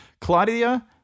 Claudia